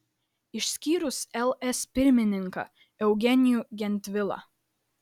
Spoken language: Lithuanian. išskyrus ls pirmininką eugenijų gentvilą